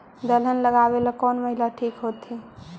दलहन लगाबेला कौन महिना ठिक होतइ?